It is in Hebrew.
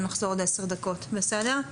נחזור עוד עשר דקות, בסדר?